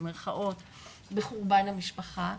בחורבן המשפחה,